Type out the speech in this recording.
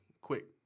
quick